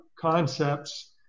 concepts